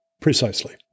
Precisely